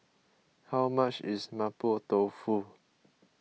how much is Mapo Tofu